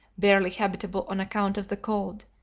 barely habitable on account of the cold,